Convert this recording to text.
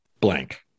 blank